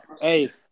hey